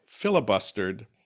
Filibustered